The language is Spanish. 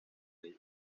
ellos